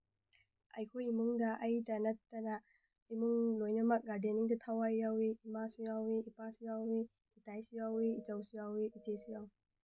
ꯑꯩꯈꯣꯏ ꯏꯃꯨꯡꯗ ꯑꯩꯗ ꯅꯠꯇꯅ ꯏꯃꯨꯡ ꯂꯣꯏꯅꯃꯛ ꯒꯥꯔꯗꯦꯅꯤꯡꯗ ꯊꯋꯥꯏ ꯌꯥꯎꯋꯤ ꯏꯃꯥꯁꯨ ꯌꯥꯎꯋꯤ ꯏꯄꯥꯁꯨ ꯌꯥꯎꯋꯤ ꯏꯇꯥꯏꯁꯨ ꯌꯥꯎꯋꯤ ꯏꯆꯧꯁꯨ ꯌꯥꯎꯋꯤ ꯏꯆꯦꯁꯨ ꯌꯥꯎꯋꯤ